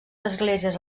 esglésies